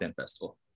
festival